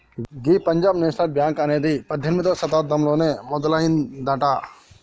గీ Punjab National Bank అనేది పద్దెనిమిదవ శతాబ్దంలోనే మొదలయ్యిందట